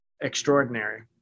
extraordinary